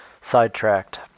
sidetracked